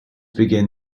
begin